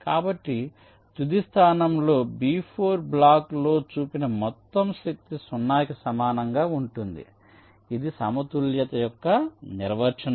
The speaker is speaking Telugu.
కాబట్టి తుది స్థానంలో B4 బ్లాక్లో చూపిన మొత్తం శక్తి 0 కి సమానంగా ఉంటుంది ఇది సమతుల్యత యొక్క నిర్వచనం